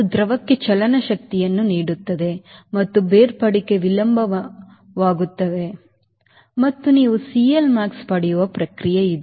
ಆದ್ದರಿಂದ ಅದು ದ್ರವಕ್ಕೆ ಚಲನ ಶಕ್ತಿಯನ್ನು ನೀಡುತ್ತದೆ ಮತ್ತು ಬೇರ್ಪಡಿಕೆ ವಿಳಂಬವಾಗುತ್ತದೆ ಮತ್ತು ನೀವು CLmax ಪಡೆಯುವ ಪ್ರಕ್ರಿಯೆ